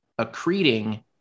accreting